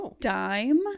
dime